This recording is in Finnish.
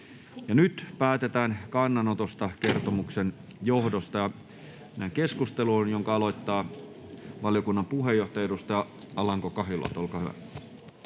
Nyt päätetään kannanotosta kertomuksen johdosta. Mennään keskusteluun, jonka aloittaa valiokunnan puheenjohtaja, edustaja Alanko-Kahiluoto. — Olkaa hyvä.